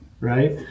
right